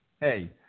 Hey